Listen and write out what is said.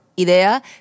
idea